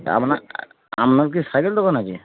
আপনার আপনার কি সাইকেল দোকান আছে